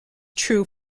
true